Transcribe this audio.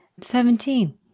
Seventeen